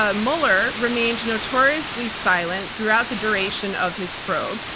ah mueller remained notoriously silent throughout the duration of his probe.